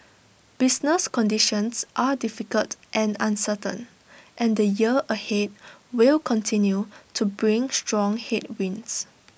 business conditions are difficult and uncertain and the year ahead will continue to bring strong headwinds